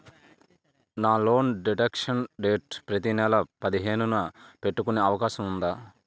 నా loan deduction date ప్రతి నెల పదిహేను న పెట్టుకునే అవకాశం ఉందా?